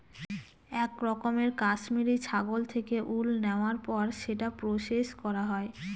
এক রকমের কাশ্মিরী ছাগল থেকে উল নেওয়ার পর সেটা প্রসেস করা হয়